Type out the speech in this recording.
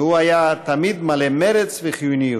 והוא היה תמיד מלא מרץ וחיוניות.